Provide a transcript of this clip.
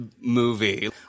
movie